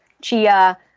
chia